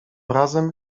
razem